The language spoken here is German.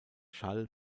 schall